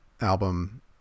album